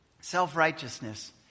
self-righteousness